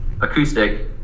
acoustic